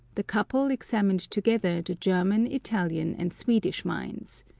the couple examined together the german, italian, and swedish mines.